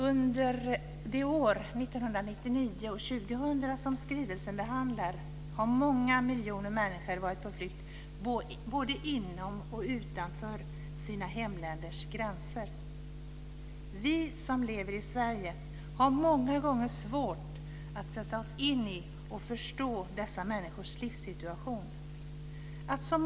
Under de år, 1999 och 2000, som skrivelsen behandlar har många miljoner människor varit på flykt både inom och utanför sina hemländers gränser. Vi som lever i Sverige har många gånger svårt att sätta oss in i och förstå dessa människors livssituation.